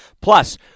Plus